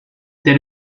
that